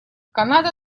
канада